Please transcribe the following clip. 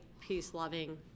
peace-loving